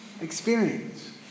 experience